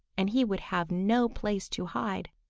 and he would have no place to hide.